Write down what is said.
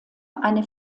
eine